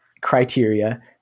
criteria